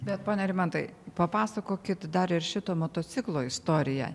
bet pone rimantai papasakokit dar ir šito motociklo istoriją